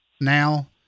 now